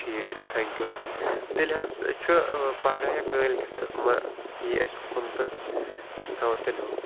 ٹھیٖک چھُ thank you sir تیٚلہِ حظ چھُ پَگاہ یا کٲلۍکٮ۪تھ تہٕ مہٕ یہِ اَسہِ اُکُن تہٕ أسۍ تھاوَو تیٚلہِ ہُہ